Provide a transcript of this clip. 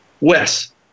wes